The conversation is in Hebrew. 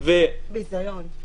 ביזיון.